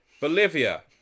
Bolivia